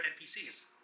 NPCs